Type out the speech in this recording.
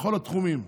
בכל התחומים,